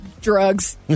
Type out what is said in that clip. drugs